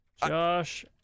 Josh